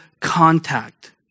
contact